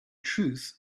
truth